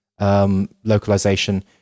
Localization